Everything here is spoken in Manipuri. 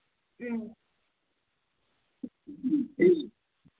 ꯎꯝ